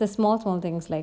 the small small things like